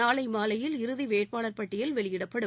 நாளை மாலையில் இறுதி வேட்பாளர் பட்டியல் வெளியிடப்படும்